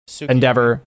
endeavor